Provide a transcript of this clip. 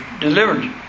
delivered